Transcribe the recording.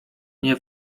nie